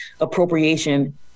appropriation